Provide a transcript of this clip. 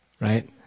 Right